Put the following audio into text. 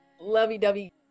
lovey-dovey